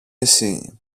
εσύ